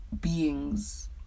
beings